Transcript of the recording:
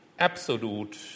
absolute